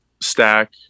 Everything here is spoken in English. stack